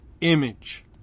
image